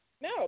No